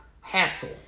hassle